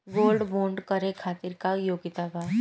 Gold bond करे खातिर का योग्यता बा?